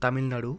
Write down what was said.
Tamil Nadu